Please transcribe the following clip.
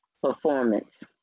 performance